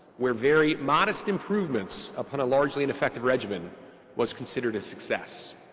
where very modest improvements upon a largely ineffective regimen was considered success.